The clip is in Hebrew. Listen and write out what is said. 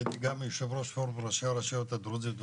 הייתי גם יו"ר פורום ראשי הרשויות הדרוזיות והצ'רקסיות,